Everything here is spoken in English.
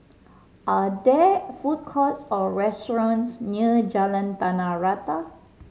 are there food courts or restaurants near Jalan Tanah Rata